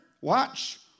watch